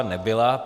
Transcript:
Nebyla.